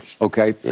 Okay